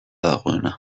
dagoena